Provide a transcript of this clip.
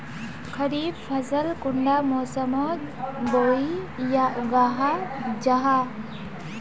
खरीफ फसल कुंडा मोसमोत बोई या उगाहा जाहा?